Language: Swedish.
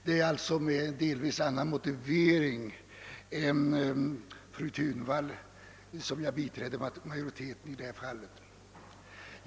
Det är alltså med en delvis annan motivering än fru Thunvalls som jag biträder majoriteten i den situation, som föreligger.